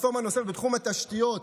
רפורמה נוספת בתחום התשתיות,